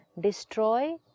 destroy